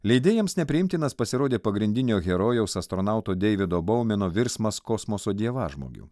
leidėjams nepriimtinas pasirodė pagrindinio herojaus astronauto deivido boumeno virsmas kosmoso dievažmogiu